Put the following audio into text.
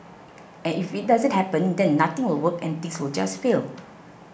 and if it doesn't happen then nothing will work and things will just fail